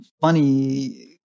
funny